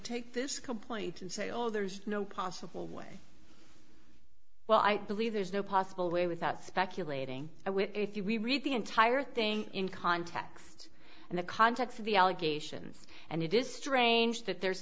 take this complaint and say or there's no possible way well i believe there's no possible way without speculating which if you read the entire thing in context and the context of the allegations and it is strange that there